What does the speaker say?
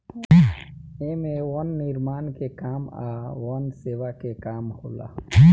एमे वन निर्माण के काम आ वन सेवा के काम होला